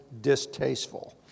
distasteful